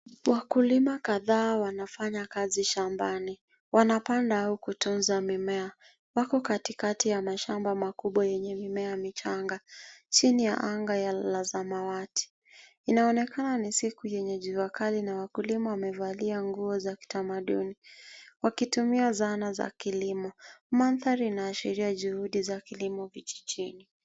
Wakulima kadhaa wanafanya kazi shambani. Wanapanda au kutunza mimea. Wako katikati ya mashamba makubwa yenye mimea michanga, chini ya anga la samawati. Inaonekana ni siku yenye jua kali, na wakulima wamevalia nguo za kitamaduni, wakitumia zana za kilimo. Maandhari inaashiria juhudi za kilimo vijijini.